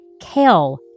kale